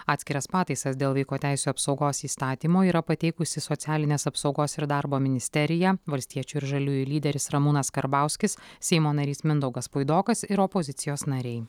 atskiras pataisas dėl vaiko teisių apsaugos įstatymo yra pateikusi socialinės apsaugos ir darbo ministerija valstiečių ir žaliųjų lyderis ramūnas karbauskis seimo narys mindaugas puidokas ir opozicijos nariai